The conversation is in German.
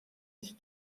ich